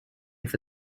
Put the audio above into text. for